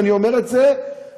ואני אומר את זה באכזבה,